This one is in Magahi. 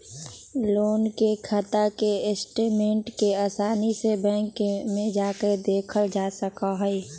लोन के खाता के स्टेटमेन्ट के आसानी से बैंक में जाकर देखल जा सका हई